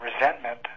resentment